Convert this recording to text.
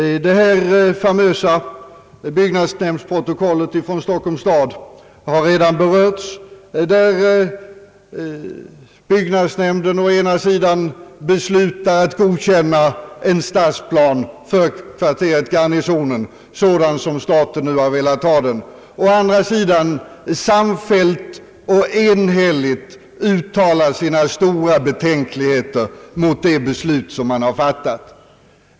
Här har redan berörts det famösa byggnadsnämndsprotokollet från Stockholms stad, där byggnadsnämnden å ena sidan beslutar att godkänna en stadsplan för kvarteret Garnisonen, sådan som staten nu har velat ha den, och å andra sidan samfällt och enhälligt uttalar sina stora betänkligheter mot det beslut man har fattat.